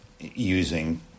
using